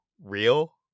real